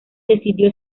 decidió